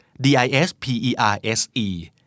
D-I-S-P-E-R-S-E